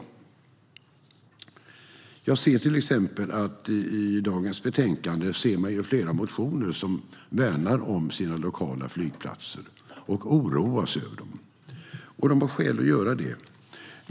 I dagens betänkande finns till exempel flera motioner där motionärerna värnar om sina lokala flygplatser och oroar sig över dem - och de har skäl att göra det.